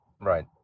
Right